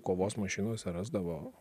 kovos mašinose rasdavo